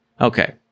Okay